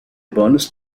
bonus